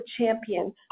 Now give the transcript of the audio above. champion